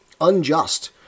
unjust